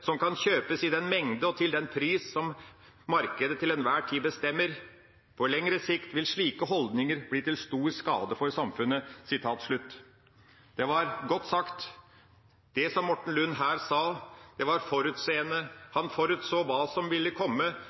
som kan kjøpes i den mengde og til den pris som markedet til enhver tid bestemmer. På lenger sikt vil slike holdninger bli til stor skade for samfunnet.» Det var godt sagt, det som Morten Lund sa her, han var forutseende. Han forutså hva som ville komme